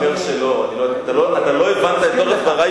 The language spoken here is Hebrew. אתה לא הבנת את כל דברי,